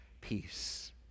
peace